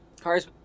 cars